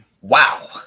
wow